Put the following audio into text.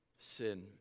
sin